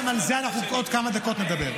גם על זה אנחנו עוד כמה דקות נדבר.